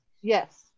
Yes